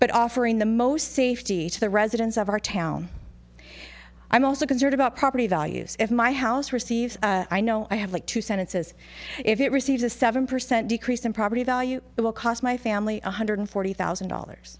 but offering the most safety to the residents of our town i'm also concerned about property values if my house receives i know i have like two sentences if it receives a seven percent decrease in property value it will cost my family one hundred forty thousand dollars